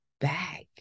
back